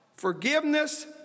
Forgiveness